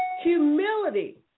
humility